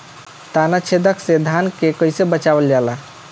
ताना छेदक से धान के कइसे बचावल जाला?